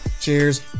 Cheers